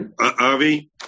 Avi